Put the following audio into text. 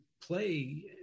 play